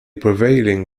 prevailing